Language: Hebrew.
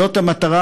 זאת המטרה.